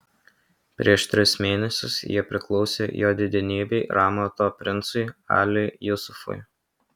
prieš tris mėnesius jie priklausė jo didenybei ramato princui aliui jusufui